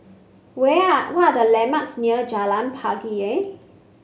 where are the landmarks near Jalan Pelangi